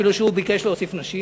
אפילו שהוא ביקש להוסיף נשים.